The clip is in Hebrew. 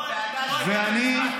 לא, אנחנו סתם.